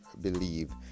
believe